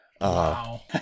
Wow